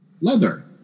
leather